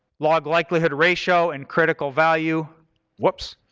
log likelihood ratio and critical value whoops,